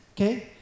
okay